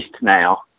now